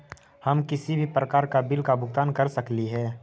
हम किसी भी प्रकार का बिल का भुगतान कर सकली हे?